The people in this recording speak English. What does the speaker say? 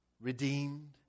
Redeemed